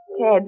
Ted